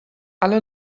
alle